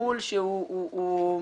טיפול שהוא מכבד.